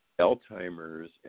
Alzheimer's